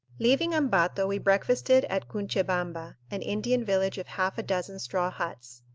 leaving ambato, we breakfasted at cunchebamba, an indian village of half a dozen straw huts.